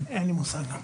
אין לי מושג.